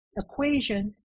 equation